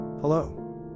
Hello